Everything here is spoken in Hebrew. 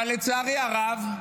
אבל לצערי הרב,